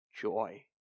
joy